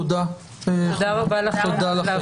תודה רבה לכם.